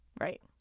right